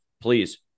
Please